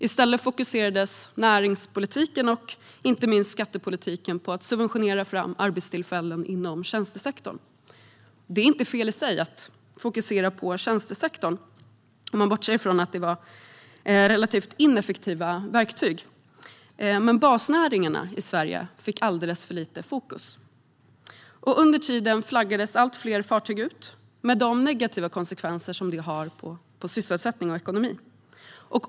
I stället fokuserades näringspolitiken och inte minst skattepolitiken på att subventionera fram arbetstillfällen inom tjänstesektorn. Det är inte fel i sig att fokusera på tjänstesektorn, bortsett från att det var relativt ineffektiva verktyg, men basnäringarna i Sverige fick alldeles för lite fokus. Under tiden flaggades allt fler fartyg ut, med de negativa konsekvenser det får för sysselsättning och ekonomi.